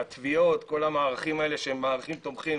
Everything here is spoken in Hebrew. התביעות כל המערכים האלה שהם מערכים תומכים